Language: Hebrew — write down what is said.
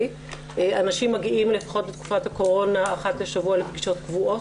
אנשים מגיעים לפחות בתקופת הקורונה אחת לשבוע לפגישות קבועות,